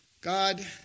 God